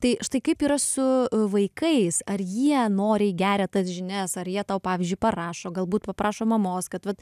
tai štai kaip yra su vaikais ar jie noriai geria tas žinias ar jie tau pavyzdžiui parašo galbūt paprašo mamos kad vat